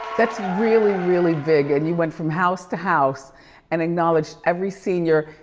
that's really, really big and you went from house to house and acknowledged every senior,